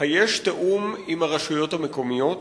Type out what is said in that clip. האם יש תיאום עם הרשויות המקומיות?